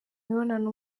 mibonano